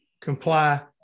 comply